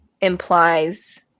implies